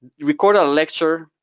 record a lecture,